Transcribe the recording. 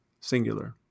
singular